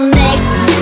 next